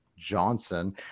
johnson